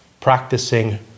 Practicing